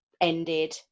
ended